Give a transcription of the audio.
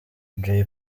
jay